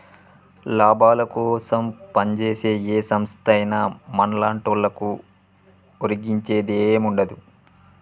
లాభాలకోసం పంజేసే ఏ సంస్థైనా మన్లాంటోళ్లకు ఒరిగించేదేముండదు